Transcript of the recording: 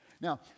Now